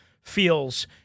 feels